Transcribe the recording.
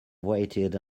waited